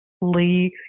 leave